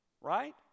right